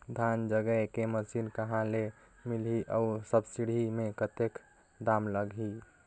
धान जगाय के मशीन कहा ले मिलही अउ सब्सिडी मे कतेक दाम लगही?